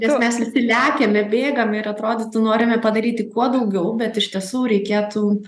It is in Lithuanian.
nes mes visi lekiame bėgame ir atrodytų norime padaryti kuo daugiau bet iš tiesų reikėtų